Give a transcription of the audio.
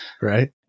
Right